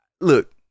look